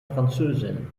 französin